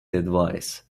advice